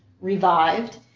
revived